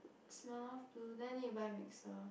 Smirnoff Blue then need to buy mixer